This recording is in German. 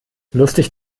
lustig